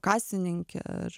o kasininke ar